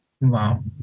Wow